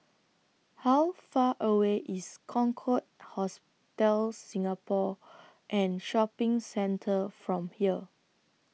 How Far away IS Concorde Hotel Singapore and Shopping Centre from here